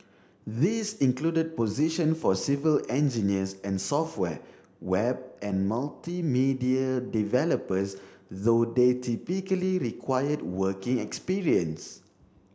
these included position for civil engineers and software web and multimedia developers though they typically required working experience